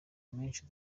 menshi